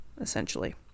essentially